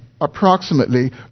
approximately